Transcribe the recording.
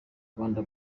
rwanda